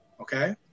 Okay